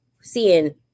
seeing